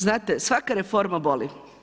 Znate svaka reforma boli.